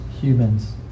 humans